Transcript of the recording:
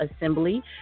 Assembly